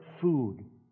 food